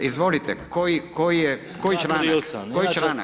Izvolite koji članak?